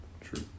true